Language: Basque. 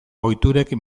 ohiturek